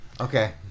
Okay